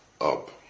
up